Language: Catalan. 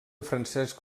francesc